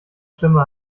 stimme